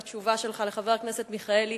בתשובה שלך לחבר הכנסת מיכאלי,